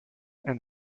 and